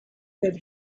that